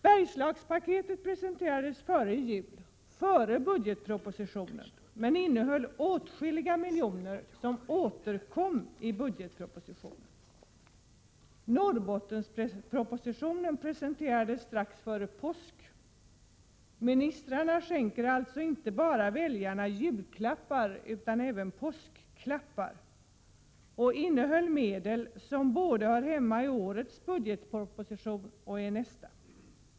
Bergslagspaketet presenterades före jul, före budgetpropositionen, men innehöll åtskilliga miljoner som sedan återkom i budgetpropositionen. Norrbottenspropositionen presenterades strax före påsk — ministrarna skänker alltså inte bara julklappar utan även påskklappar till väljarna — och omfattade medel som hör hemma både i årets budgetproposition och i nästa.